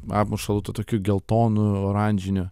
apmušalu tuo tokiu geltonu oranžiniu